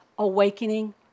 Awakening